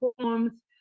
forms